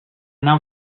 nau